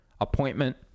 appointment